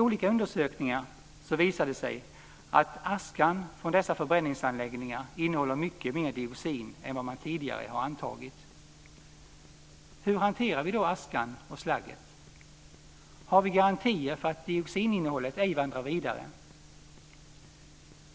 Olika undersökningar visar att aska från dessa förbränningsanläggningar innehåller mycket mer dioxin än vad man tidigare har antagit. Hur hanterar vi då askan och slaggen? Har vi garantier för att dioxininnehållet ej vandrar vidare?